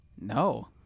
No